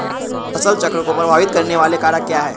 फसल चक्र को प्रभावित करने वाले कारक क्या है?